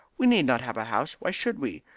we need not have a house. why should we?